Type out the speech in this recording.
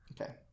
Okay